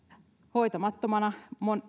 hoitamattomana